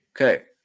Okay